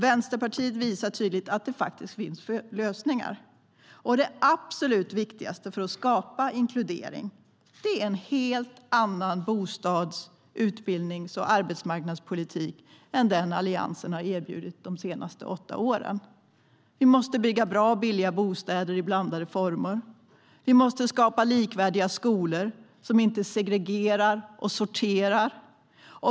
Vänsterpartiet visar tydligt att det faktiskt finns lösningar. Det absolut viktigaste för att skapa inkludering är en helt annan bostads, utbildnings och arbetsmarknadspolitik än den Alliansen erbjudit de senaste åtta åren. Vi måste bygga bra och billiga bostäder i blandade former. Vi måste skapa likvärdiga skolor som inte segregerar och sorterar.